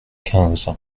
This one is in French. quinze